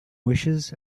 wishes